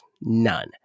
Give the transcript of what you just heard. None